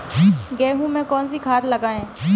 गेहूँ में कौनसी खाद लगाएँ?